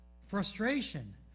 frustration